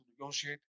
negotiate